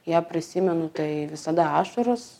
ją prisimenu tai visada ašaros